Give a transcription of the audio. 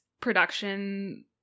production